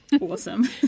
Awesome